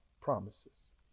promises